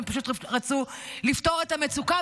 הם פשוט רצו לפתור את המצוקה.